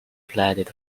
played